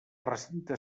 recinte